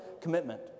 commitment